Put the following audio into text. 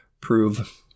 prove